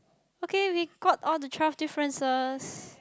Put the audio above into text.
okay okay got all the twelve differences